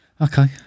Okay